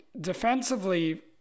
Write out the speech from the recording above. defensively